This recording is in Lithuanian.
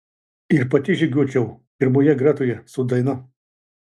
ir pati žygiuočiau pirmoje gretoje su daina